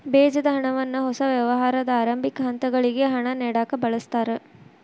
ಬೇಜದ ಹಣವನ್ನ ಹೊಸ ವ್ಯವಹಾರದ ಆರಂಭಿಕ ಹಂತಗಳಿಗೆ ಹಣ ನೇಡಕ ಬಳಸ್ತಾರ